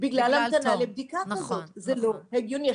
בגלל המתנה לבדיקה כזאת, זה לא הגיוני.